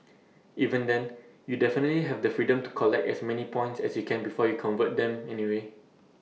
even then you definitely have the freedom to collect as many points as you can before you convert them anyway